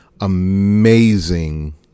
amazing